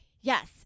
Yes